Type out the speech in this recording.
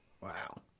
Wow